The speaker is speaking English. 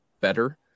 better